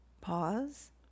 Pause